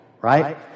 Right